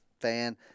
fan